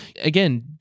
again